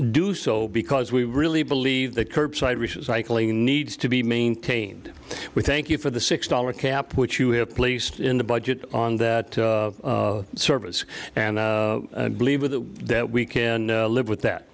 do so because we really believe that curbside recycling needs to be maintained we thank you for the six dollars cap which you have placed in the budget on that service and i believe that we can live with that